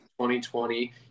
2020